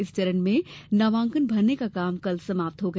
इस चरण में नामांकन भरने का काम कल समाप्त हो गया